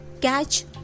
catch